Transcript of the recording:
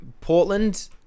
Portland